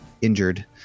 injured